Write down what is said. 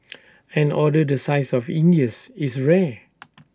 an order the size of India's is rare